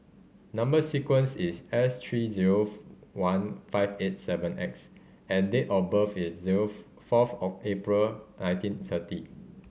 number sequence is S three zero one five eight seven X and date of birth is zero fourth of April nineteen thirty